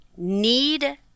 need